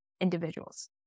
individuals